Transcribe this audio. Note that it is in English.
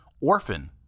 Orphan